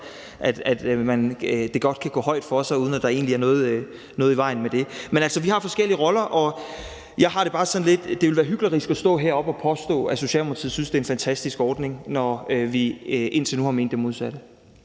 at bølgerne godt kan gå højt, uden at der egentlig er noget i vejen med det. Men altså, vi har forskellige roller, og jeg har det bare sådan lidt, at det ville være hyklerisk at stå heroppe og påstå, at Socialdemokratiet synes, at det er en fantastisk ordning, når vi indtil nu har ment det modsatte.